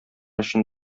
өчен